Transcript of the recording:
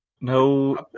no